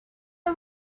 are